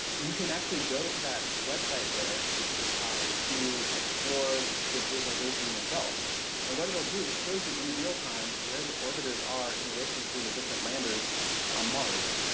you can actually go to that website there to explore this visualization yourself and what it'll do is it shows you in real time where the orbiters are in relation to the different landers on mars.